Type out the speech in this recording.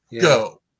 Go